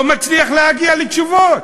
לא מצליח להגיע לתשובות.